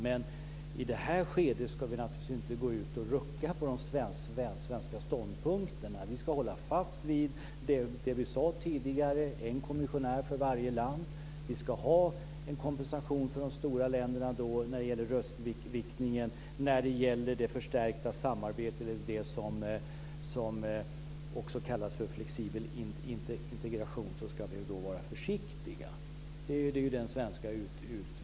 Men i det här skedet ska vi naturligtvis inte gå ut och rucka på de svenska ståndpunkterna. Vi ska hålla fast vid det som vi sade tidigare, att det ska vara en kommissionär för varje land, att de stora länderna ska ha kompensation när det gäller röstviktningen. När det gäller det förstärkta samarbetet, som också kallas för flexibel integration, ska vi vara försiktiga. Det är ju den svenska utgångspunkten.